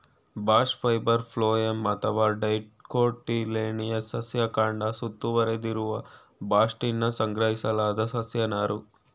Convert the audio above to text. bast fibre phloem ಅಥವಾ dicotyledonous ಸಸ್ಯ ಕಾಂಡ ಸುತ್ತುವರೆದಿರುವ ಬಾಸ್ಟ್ನಿಂದ ಸಂಗ್ರಹಿಸಲಾದ ಸಸ್ಯ ನಾರು